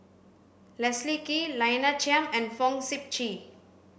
Leslie Kee Lina Chiam and Fong Sip Chee